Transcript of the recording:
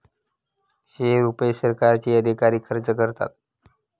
हे रुपये सरकारचे अधिकारी खर्च करतात